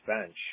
bench